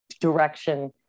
direction